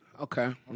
Okay